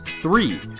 Three